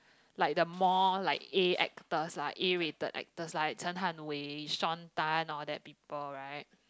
like the more like A actors A rated actors like Chen-Han-Wei Shawn-Tan all that people right